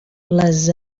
les